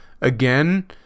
again